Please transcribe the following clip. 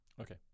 Okay